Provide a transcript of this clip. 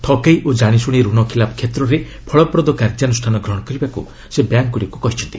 ଠକେଇ ଓ ଜାଣିଶୁଣି ରଣ ଖିଲାପ କ୍ଷେତ୍ରରେ ଫଳପ୍ରଦ କାର୍ଯ୍ୟାନୁଷ୍ଠାନ ଗ୍ରହଣ କରିବାକୁ ସେ ବ୍ୟାଙ୍କ୍ଗୁଡ଼ିକୁ କହିଛନ୍ତି